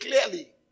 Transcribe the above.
clearly